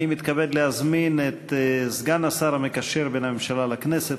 אני מתכבד להזמין את סגן השר המקשר בין הממשלה לכנסת,